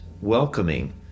welcoming